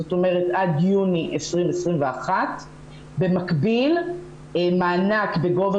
זאת אומרת עד יוני 2021. במקביל מענק בגובה